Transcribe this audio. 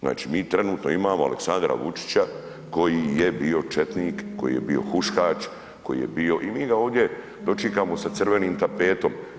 Znači mi trenutno imamo Aleksandra Vučića koji je bio četnik, koji je bio huškač, koji je bio, i mi ga ovdje dočekamo sa crvenim tapetom.